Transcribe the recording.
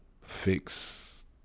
fix